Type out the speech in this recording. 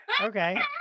Okay